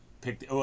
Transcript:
picked